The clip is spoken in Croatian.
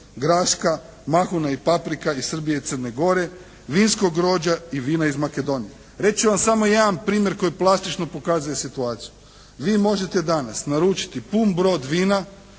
graška, mahuna i paprika iz Srbije i Crne Gore, vinskog grožđa i vina iz Makedonije. Reći ću vam samo jedan primjer koji plastično pokazuje situaciju. Vi možete danas naručiti pun brod vina,